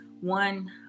one